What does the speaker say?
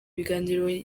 ibiganiro